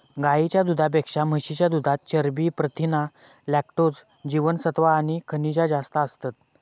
गाईच्या दुधापेक्षा म्हशीच्या दुधात चरबी, प्रथीना, लॅक्टोज, जीवनसत्त्वा आणि खनिजा जास्त असतत